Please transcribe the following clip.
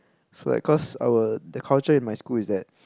swag cause our the culture in my school is that